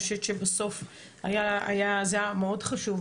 אני חושבת שבסוף זה היה מאוד חשוב.